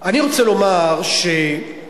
אני רוצה לומר שאנחנו,